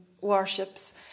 warships